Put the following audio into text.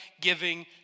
giving